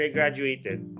graduated